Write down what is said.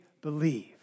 believe